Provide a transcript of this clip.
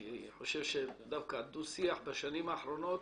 אני חושב שדווקא הדו-שיח בשנים האחרונות